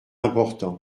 important